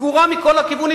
סגורה מכל הכיוונים.